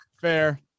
Fair